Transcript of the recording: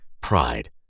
pride